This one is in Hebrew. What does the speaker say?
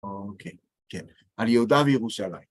אוקיי, כן. על יהודה וירושלים.